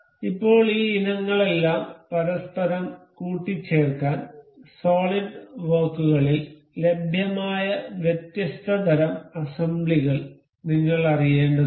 ഇപ്പോൾ ഈ ഇനങ്ങളെല്ലാം പരസ്പരം കൂട്ടിച്ചേർക്കാൻ സോളിഡ് വർക്കുകളിൽ ലഭ്യമായ വ്യത്യസ്ത തരം അസംബ്ലികൾ നിങ്ങൾ അറിയേണ്ടതുണ്ട്